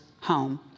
home